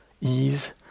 ease